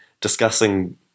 discussing